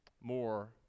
more